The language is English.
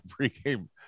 pregame